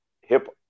hip